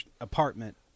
apartment